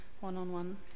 one-on-one